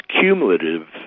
cumulative